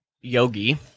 yogi